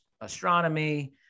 astronomy